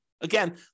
Again